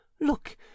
look